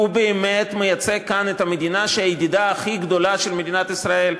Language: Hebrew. והוא באמת מייצג כאן את המדינה שהיא הידידה הכי גדולה של מדינת ישראל,